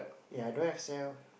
ya I don't have cell